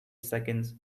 seconds